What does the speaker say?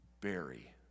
Barry